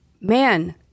man